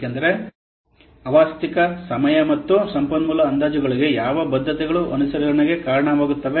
ಏಕೆಂದರೆ ಅವಾಸ್ತವಿಕ ಸಮಯ ಮತ್ತು ಸಂಪನ್ಮೂಲ ಅಂದಾಜುಗಳಿಗೆ ಯಾವ ಬದ್ಧತೆಗಳು ಅನುಸರಣೆಗೆ ಕಾರಣವಾಗುತ್ತವೆ